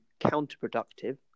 counterproductive